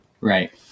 Right